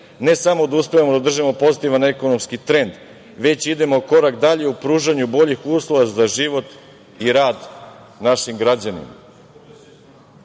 ne samo da uspevamo da održimo pozitivan ekonomski trend, već idemo krak dalje u pružanju boljih uslova za život i rad našim građanima. Sve